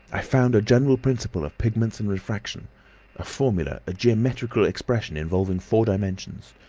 i found a general principle of pigments and refraction a formula, a geometrical expression involving four dimensions.